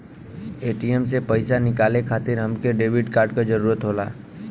ATM से पइसा निकाले खातिर हमके डेबिट कार्ड क जरूरत होला